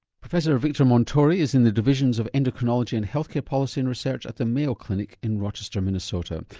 professor victor montori is in the divisions of endocrinology and health care policy and research at the mayo clinic in rochester minnesota.